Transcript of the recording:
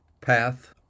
Path